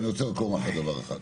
אבל אני רוצה רק לומר לך דבר אחד: